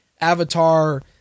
Avatar